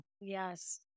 Yes